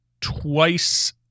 twice